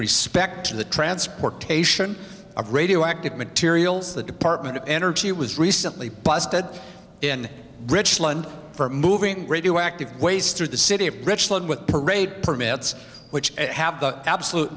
respect to the transportation of radioactive materials the department of energy was recently busted in richland for moving radioactive waste through the city of richland with parade permits which have the absolute